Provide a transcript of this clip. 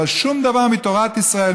אבל שום דבר מתורת ישראל,